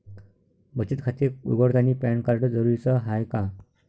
बचत खाते उघडतानी पॅन कार्ड जरुरीच हाय का?